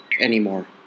anymore